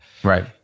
Right